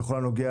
כמו העניין